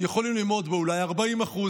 ויכולים ללמוד בו אולי 40%,